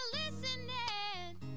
listening